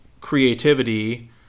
creativity